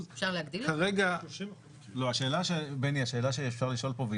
- כרגע --- השאלה שאפשר לשאול פה,